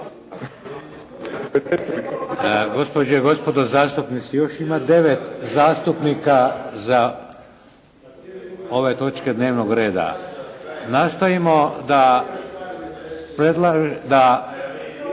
Gospođe i gospodo zastupnici još ima devet zastupnika za ove točke dnevnog reda. Nastojimo da glasovanje